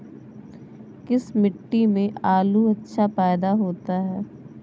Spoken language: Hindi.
किस मिट्टी में आलू अच्छा पैदा होता है?